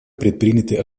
предприняты